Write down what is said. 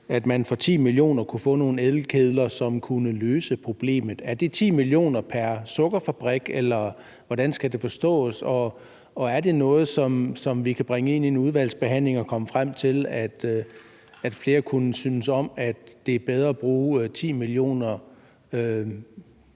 at man for 10 mio. kr. kunne få nogle elkedler, som kunne løse problemet. Er det 10 mio. kr. pr. sukkerfabrik, eller hvordan skal det forstås? Og er det noget, som vi kan bringe ind i en udvalgsbehandling, hvor vi kan komme frem til, at flere kunne synes om, at det er bedre at bruge 10 mio.